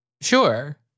Sure